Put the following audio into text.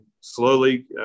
slowly